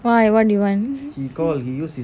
why what you want